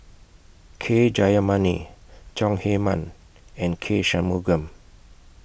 K Jayamani Chong Heman and K Shanmugam